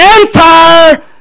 entire